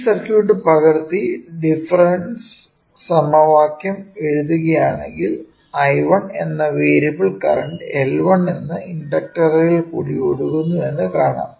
ഈ സർക്യൂട്ട് പകർത്തി ഡിഫറെൻസ് സമവാക്യം എഴുത്തുകയാണെങ്കിൽ I1 എന്ന വേരിയബിൾ കറന്റ് L1 എന്നു ഇണ്ടക്ടറിൽ കൂടി ഒഴുകുന്നു എന്ന് കാണാം